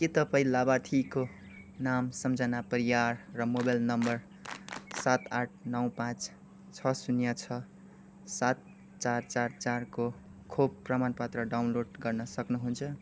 के तपाईँँ लाभार्थीको नाम सम्झना परियार र मोबाइल नम्बर सात आठ नौ पाँच छ शून्य छ सात चार चार चार को खोप प्रमाणपत्र डाउनलोड गर्न सक्नुहुन्छ